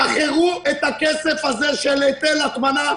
תשחררו את הכסף הזה של היטל הטמנה,